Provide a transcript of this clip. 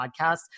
podcast